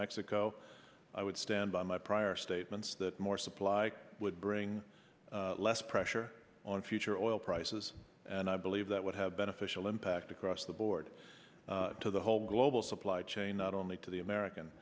mexico i would stand by my prior state that more supply would bring less pressure on future oil prices and i believe that would have beneficial impact across the board to the whole global supply chain not only to the american